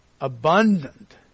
abundant